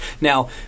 Now